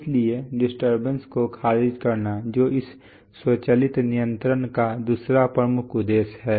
इसलिए डिस्टरबेंस को खारिज करना जो इस स्वचालित नियंत्रण का दूसरा प्रमुख उद्देश्य है